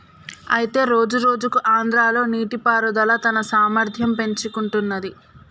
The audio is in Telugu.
అయితే రోజురోజుకు ఆంధ్రాలో నీటిపారుదల తన సామర్థ్యం పెంచుకుంటున్నది